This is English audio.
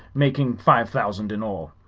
making five thousand in all.